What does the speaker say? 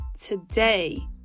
today